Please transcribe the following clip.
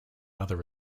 other